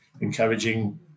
encouraging